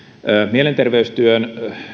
mielenterveystyön